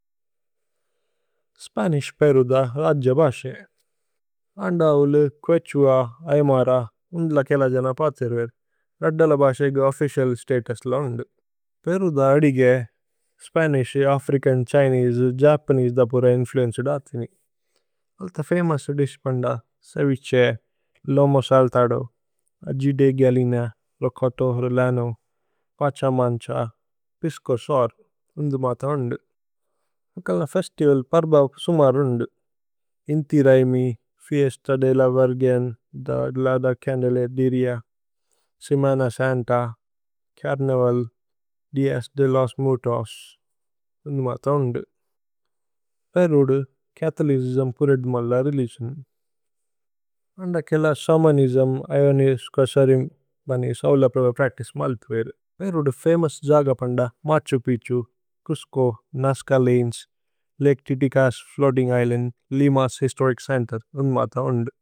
Spanish Peru ദ രജ്ജ ബാസേ। അന്ദൌല്, കുഏഛുഅ, അയ്മര ഉന്ദുല കേല ജന പതിര്വേര്। രദ്ദല ബാസേഗ ഓഫ്ഫിചിഅല് സ്തതുസ്ല ഉന്ദു। പേരു ദ അദിഗേ, സ്പനിശ്, അഫ്രിചന്, ഛ്ഹിനേസേ, ജപനേസേ ദ പുര ഇന്ഫ്ലുഏന്ചേദ് അഥിനി। അല്ത ഫമോഉസ ദിശ്പന്ദ, ceviche, lomo saltado, aji de gallina, rocoto relleno, pachamanca, pisco sour, ഉന്ദു മത ഉന്ദു। അകല ഫേസ്തിവല് പര്ബ ഉപു സുമര് ഉന്ദു। Inti Raymi, Fiesta de la Virgen, la Candelaria, Semana Santa, carnival, Dias de los Muertos, ഉന്ദു മത ഉന്ദു। പേരു ദു, ഛഥോലിചിസ്മ് പുരേദ്മല്ല രേലിഗിഓന്। അന്ദ കേല ശമനിസ്മ്, ഐഓനിസ്, കശരിമ് മനി സൌലപ്രവ പ്രച്തിചേ മലുപു വേരു। പേരു ദു, ഫമോഉസ് ജഗപന്ദ, മഛു പിച്ഛു, ഛുസ്ചോ, Nazca Lines, Lake Titicaca's floating island, Lima's historic centre, ഉന്ദു മത ഉന്ദു।